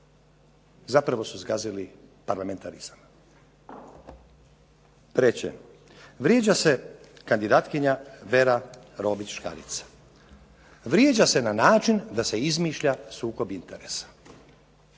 zapravo su zgazili parlamentarizam. Treće, vrijeđa se kandidatkinja Vera Romić Škarica. Vrijeđa se na način da se izmišlja sukob interesa